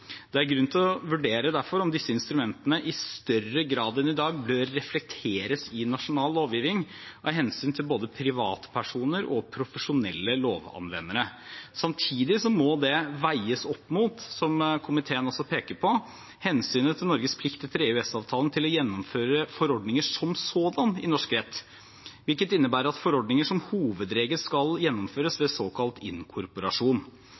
Det er derfor grunn til å vurdere om disse instrumentene i større grad enn i dag bør reflekteres i nasjonal lovgivning av hensyn til både privatpersoner og profesjonelle lovanvendere. Samtidig må det, som komiteen også peker på, veies opp mot hensynet til Norges plikt etter EØS-avtalen til å gjennomføre forordninger «som sådan» i norsk rett, hvilket innebærer at forordninger som hovedregel skal gjennomføres ved såkalt inkorporasjon.